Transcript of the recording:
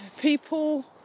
people